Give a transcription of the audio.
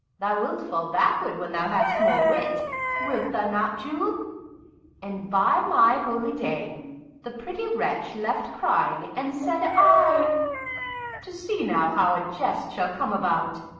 thou wilt fall backward when thou hast more wit wilt thou not, jule and, by my holidame, the pretty wretch left crying, and said ay to see now how a jest shall come about!